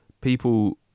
people